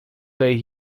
say